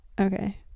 Okay